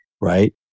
right